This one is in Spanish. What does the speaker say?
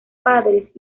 padres